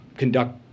Conduct